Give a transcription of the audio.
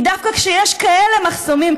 כי דווקא כשיש כאלה מחסומים,